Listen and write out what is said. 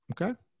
Okay